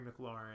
McLaurin